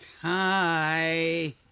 Hi